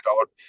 out